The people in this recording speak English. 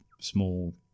small